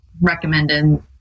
recommended